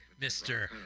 Mr